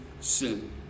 sin